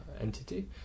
entity